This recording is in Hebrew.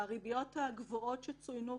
והריביות הגבוהות שצוינו כאן,